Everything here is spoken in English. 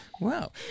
Wow